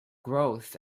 growth